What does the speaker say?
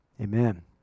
amen